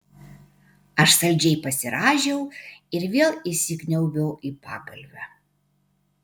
aš saldžiai pasirąžiau ir vėl įsikniaubiau į pagalvę